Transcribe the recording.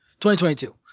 2022